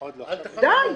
די.